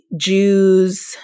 Jews